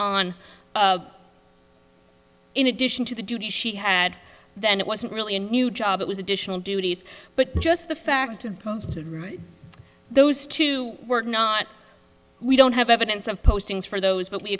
on in addition to the duties she had then it wasn't really a new job it was additional duties but just the fact that those two work not we don't have evidence of postings for those but we